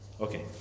Okay